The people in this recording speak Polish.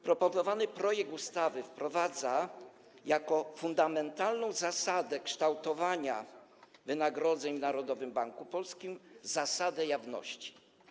Proponowany projekt ustawy wprowadza jako fundamentalną zasadę kształtowania wynagrodzeń w Narodowym Banku Polskim zasadę jawności.